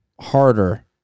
harder